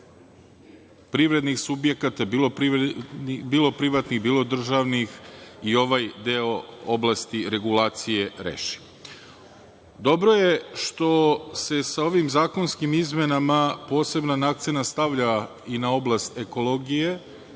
privrednih subjekata, bilo privatnih, bilo državnih, i ovaj deo oblasti regulacije reši. Dobro je što se sa ovim zakonskim izmenama poseban akcenat stavlja i na oblast ekologije